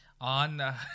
On